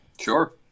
Sure